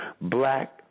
Black